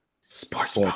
Sports